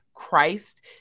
Christ